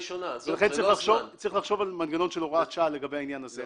לכן צריך לחשוב על מנגנון של הוראת שעה לגבי העניין הזה.